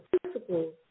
principles